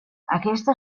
aquesta